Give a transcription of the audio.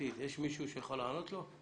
מכון-מכללה יש את הסוגיות של התחום האקדמי,